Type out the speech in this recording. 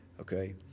okay